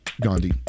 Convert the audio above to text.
Gandhi